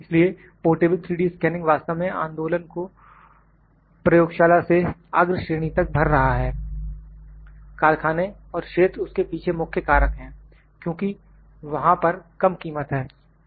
इसलिए portable 3D scanning वास्तव में आंदोलन को प्रयोगशाला से अग्र श्रेणी तक भर रहा है कारखाने और क्षेत्र उसके पीछे मुख्य कारक हैं और क्योंकि वहां पर कम कीमत है